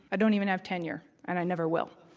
i don't even have tenure and i never will.